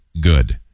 good